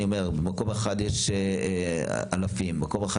הכוונה שבמקום אחד יש אלפים ובמקום אחר